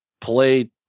play